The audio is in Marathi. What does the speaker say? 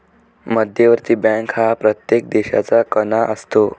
मध्यवर्ती बँक हा प्रत्येक देशाचा कणा असतो